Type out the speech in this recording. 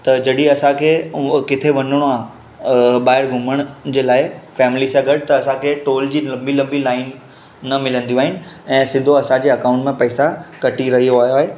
त जॾीं असांखे उहो किथे वञिणो आहे ॿाहिरि घुमण जे लाइ फ़ैमली सां गॾु त असांखे टोल जी लंबी लंबी लाइन न मिलंदियूं आहिनि ऐं सिधे असांजे अकाउंट मां पैसा कटी रहियो वियो आहे